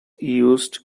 used